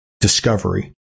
discovery